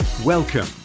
Welcome